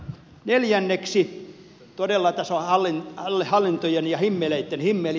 neljänneksi todella tässä on hallintojen ja himmeleitten himmeli